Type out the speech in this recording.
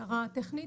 זו הערה טכנית.